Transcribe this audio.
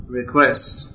request